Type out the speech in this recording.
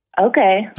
Okay